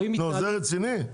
זה רציני?